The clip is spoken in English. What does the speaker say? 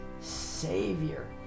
Savior